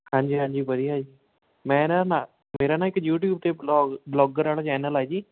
ਹਾਂਜੀ ਹਾਂਜੀ ਵਧੀਆ ਜੀ ਮੇਰਾ ਨਾ ਮੇਰਾ ਨਾ ਇੱਕ ਯੂਟਿਊਬ 'ਤੇ ਬਲੋਗ ਬਲੋਗਰ ਵਾਲਾ ਚੈਨਲ ਆ ਜੀ